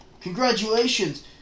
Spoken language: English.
Congratulations